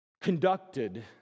conducted